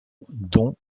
dont